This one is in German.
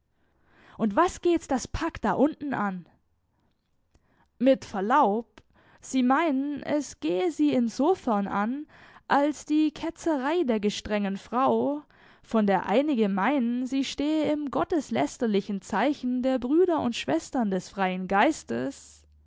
und was geht's das pack da unten an mit verlaub sie meinen es gehe sie insofern an als die ketzerei der gestrengen frau von der einige meinen sie stehe im gotteslästerlichen zeichen der brüder und schwestern des freien geistes